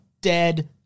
dead